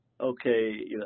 okay